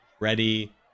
ready